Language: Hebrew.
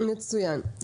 מצוין.